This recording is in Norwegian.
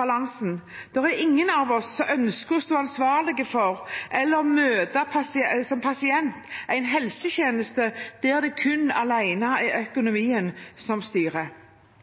balansen. Det er ingen av oss som ønsker å stå ansvarlig for – eller som pasient å møte – en helsetjeneste der det kun er økonomien som styrer.